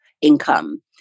income